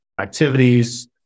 activities